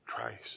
Christ